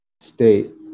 state